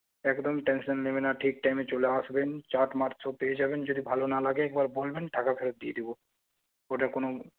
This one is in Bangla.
একদমই টেনশন নেবে না ঠিক টাইমে চলে আসবেন চাট মাট সব পেয়ে যাবেন যদি ভালো না লাগে একবার বলবেন টাকা ফেরৎ দিয়ে দেবো ওটা কোনো